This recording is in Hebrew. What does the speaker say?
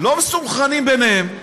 לא מסונכרנים ביניהם,